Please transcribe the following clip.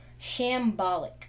shambolic